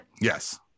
yes